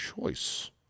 choice